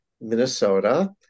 Minnesota